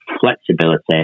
flexibility